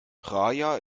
praia